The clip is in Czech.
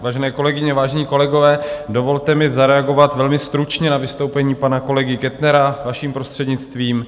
Vážené kolegyně, vážení kolegové, dovolte mi zareagovat velmi stručně na vystoupení pana kolegy Kettnera, vaším prostřednictvím.